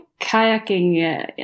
kayaking